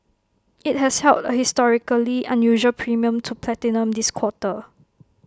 IT has held in A historically unusual premium to platinum this quarter